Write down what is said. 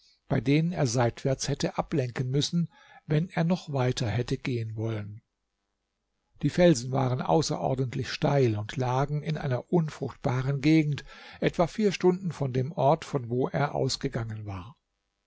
bei denen er seitwärts hätte ablenken müssen wenn er noch weiter hätte gehen wollen die felsen waren außerordentlich steil und lagen in einer unfruchtbaren gegend etwa vier stunden von dem ort von wo er ausgegangen war